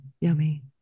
yummy